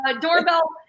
doorbell